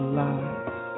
lies